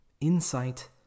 Insight